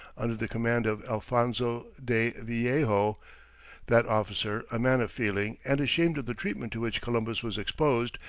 under the command of alphonso de villejo. that officer, a man of feeling, and ashamed of the treatment to which columbus was exposed,